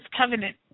covenant